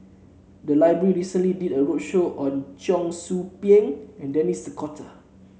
the library recently did a roadshow on Cheong Soo Pieng and Denis Cotta